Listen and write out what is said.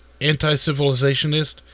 anti-civilizationist